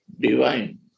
divine